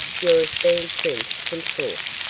your esteemed prince consort.